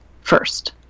first